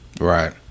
Right